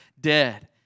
dead